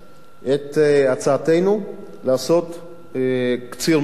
את הצעתנו לעשות קציר מלח,